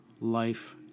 life